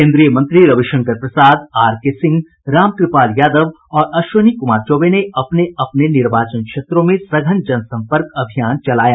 केन्द्रीय मंत्री रविशंकर प्रसाद आरके सिंह रामकृपाल यादव और अश्विनी कुमार चौबे ने अपने अपने निर्वाचन क्षेत्रों में सघन जन सम्पर्क अभियान चलाया